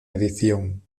edición